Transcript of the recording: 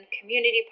community